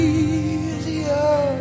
easier